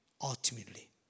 ultimately